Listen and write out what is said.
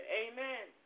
amen